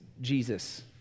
Jesus